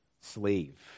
slave